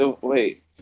wait